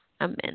Amen